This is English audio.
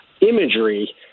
imagery